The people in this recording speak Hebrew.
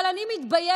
אבל אני מתביישת